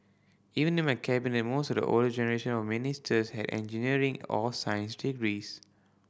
even in my Cabinet most of the older generation of ministers had engineering or science degrees